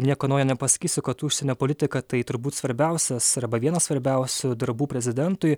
nieko naujo nepasakysiu kad užsienio politika tai turbūt svarbiausias arba vienas svarbiausių darbų prezidentui